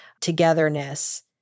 togetherness